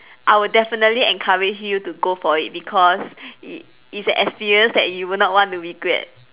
I would definitely encourage you to go for it because it it's an experience that you would not want to regret